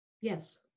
yes